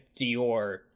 Dior